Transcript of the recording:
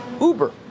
Uber